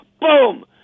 boom